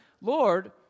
Lord